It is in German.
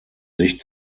sich